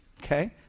Okay